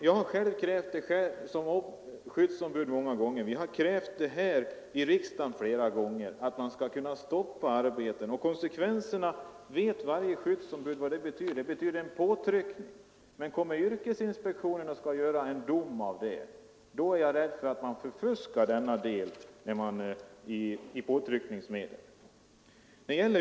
Jag har själv som skyddsombud många gånger krävt att man skall kunna stoppa arbeten, och vi har flera gånger krävt det också här i riksdagen. Varje skyddsombud vet vad detta innebär — det betyder en påtryckning. Men skall yrkesinspektionen göra en dom av detta är jag rädd för att man förfuskar denna del av påtryckningsmedlen.